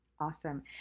Awesome